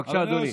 בבקשה, אדוני.